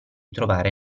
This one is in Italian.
trovare